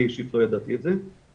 אני אישית לא ידעתי את זה.